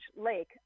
lake